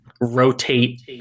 rotate